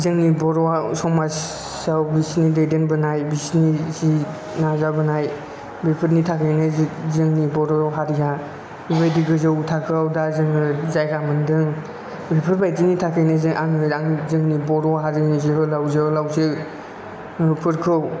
जोंनि बर' समाजाव बिसिनि दैदेनबोनाय बिसिनि जि नाजाबोनाय बेफोरनि थाखायनो जोंनि बर' हारिया जिबायदि गोजौ थाखोयाव दा जोङो जायगा मोन्दों बेफोरबायदिनि थाखायनो आङो जोंनि बर' हारिनि जोहोलाव जोहोलावजो फोरखौ